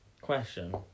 question